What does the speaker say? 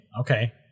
Okay